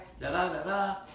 da-da-da-da